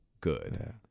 good